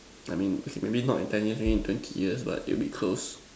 I mean maybe not in ten years maybe in twenty years but it will be closed